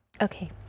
Okay